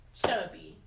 chubby